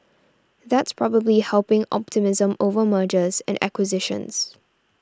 that's probably helping optimism over mergers and acquisitions